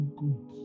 good